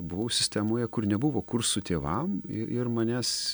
buvau sistemoje kur nebuvo kursų tėvam i ir manęs